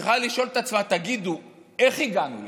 צריך לשאול את עצמנו: תגידו, איך הגענו לזה?